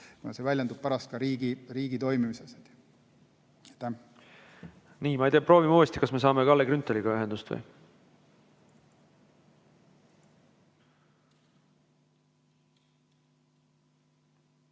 kuna see väljendub kogu riigi toimimises. Nii, ma ei tea, proovime uuesti, kas me saame Kalle Grünthaliga ühenduse. Nii,